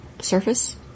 surface